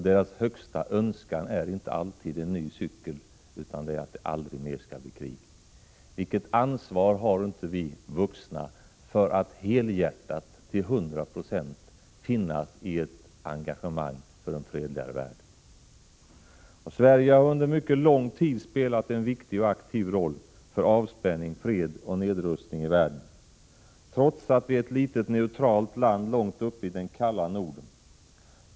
Deras högsta önskan är inte alltid en ny cykel, utan att det aldrig mera skall bli krig. Vilket ansvar har inte vi vuxna för att helhjärtat, till 100 96, engagera oss för en fredlig värld! Herr talman! Sverige har under mycket lång tid spelat en viktig och aktiv roll för avspänning, fred och nedrustning i världen, trots att vi är ett litet, neutralt land långt uppe i det kalla Norden.